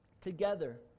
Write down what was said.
together